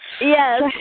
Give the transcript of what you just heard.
Yes